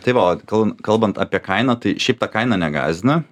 tai va o kalbant apie kainą tai šiaip ta kaina negąsdina